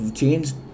changed